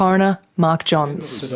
um and mark johns